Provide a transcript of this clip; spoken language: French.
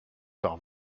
par